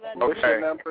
Okay